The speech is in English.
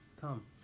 come